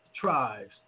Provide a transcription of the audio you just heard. tribes